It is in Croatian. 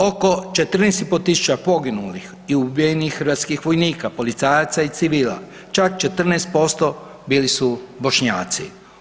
Oko 14 500 poginulih i ubijenih hrvatskih vojnika, policajaca i civila, čak 14% bili su Bošnjaci.